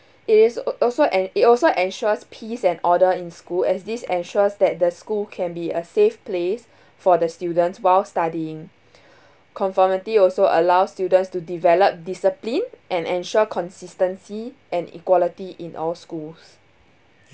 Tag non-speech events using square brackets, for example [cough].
it is also en~ it also ensures peace and order in school and this ensures that the school can be a safe place for the students while studying [breath] conformity also allows students to develop discipline and ensure consistency and equality in our schools